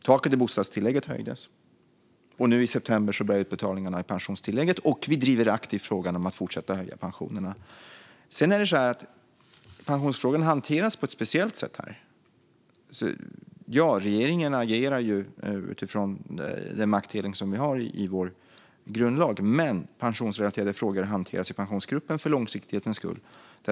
Taket i bostadstillägget höjdes. Nu i september börjar utbetalningarna i pensionstillägget. Vi driver aktivt frågan om att fortsätta att höja pensionerna. Pensionsfrågan hanteras på ett speciellt sätt. Regeringen agerar utifrån den maktdelning som vi har i vår grundlag. Men pensionsrelaterade frågor hanteras i Pensionsgruppen för långsiktighetens skull.